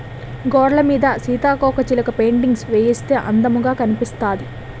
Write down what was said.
గోడలమీద సీతాకోకచిలక పెయింటింగ్స్ వేయిస్తే అందముగా కనిపిస్తాది